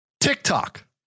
TikTok